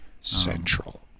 Central